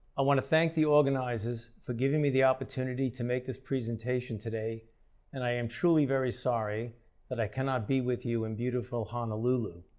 i want to thank the organizers for giving me the opportunity to make this presentation today and i am truly very sorry that i can not be with you in beautiful honolulu.